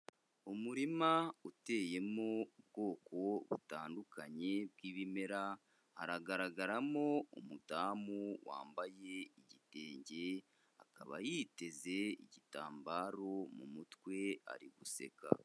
Umurima uteyemo ubwoko butandukanye bw'ibimera, haragaragaramo umudamu wambaye igitenge akaba yiteze igitambaro mu mutwe ari guseka.